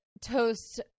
toast